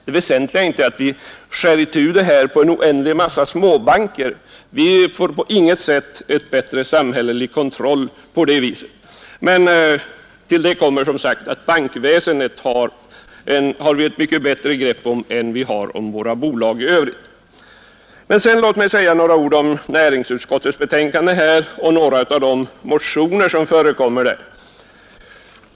Det väsentliga är inte att vi åstadkommer en oändlig massa småbanker. Vi får på inget sätt en bättre samhällelig kontroll på det viset. Till det kommer att vi har ett mycket bättre grepp om bankväsendet än vi har om våra bolag i övrigt. Låt mig sedan säga några ord om näringsutskottets betänkande och om några av de motioner som behandlas där.